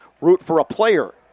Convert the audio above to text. root-for-a-player